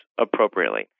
appropriately